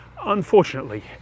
Unfortunately